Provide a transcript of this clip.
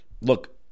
look